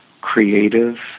creative